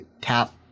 tap